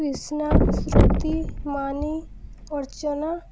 Krishna Shruti Mani Archana